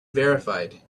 verified